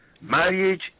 Marriage